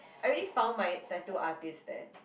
I already found my tattoo artist there